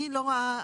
אני לא רואה,